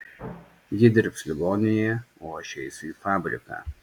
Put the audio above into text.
ji dirbs ligoninėje o aš eisiu į fabriką